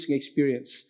experience